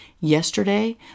yesterday